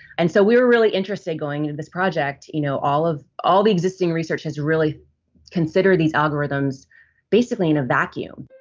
and so we were really interested going into this project. you know, all of all the existing research has really consider these algorithms basically in a vacuum,